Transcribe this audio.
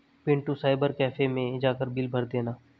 Pintu cyber cafe मैं जाकर bill भर देना